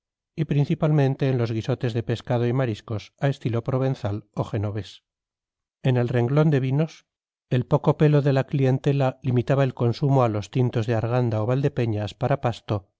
y principalmente en los guisotes de pescado y mariscos a estilo provenzal o genovés en el renglón de vinos el poco pelo de la clientela limitaba el consumo a los tintos de arganda o valdepeñas para pasto